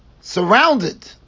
surrounded